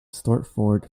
stortford